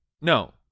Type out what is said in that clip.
No